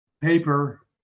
paper